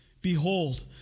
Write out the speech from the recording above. Behold